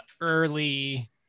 early